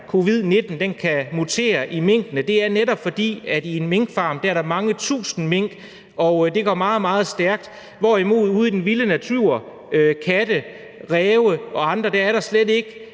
her corona kan mutere i minkene, netop er, at på en minkfarm er der mange tusinde mink, og at det går meget, meget stærkt, hvorimod det er sådan ude i den vilde natur i forhold til katte, ræve og andre dyr, at der slet ikke